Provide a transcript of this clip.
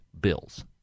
bills